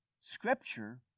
Scripture